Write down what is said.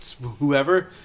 whoever